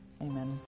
Amen